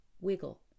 wiggle